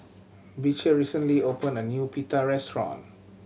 Beecher recently opened a new Pita restaurant